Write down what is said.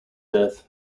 death